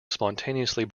spontaneously